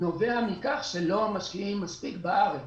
נובע מכך שלא משקיעים מספיק בארץ.